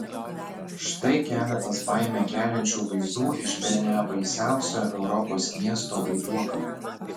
štai keletas baimę keliančių vaizdų iš bene baisiausio europos miesto vaiduoklio